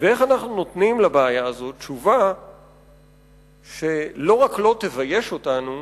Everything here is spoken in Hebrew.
ואיך אנחנו נותנים על הבעיה הזאת תשובה שלא רק לא תבייש אותנו,